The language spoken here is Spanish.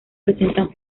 presentan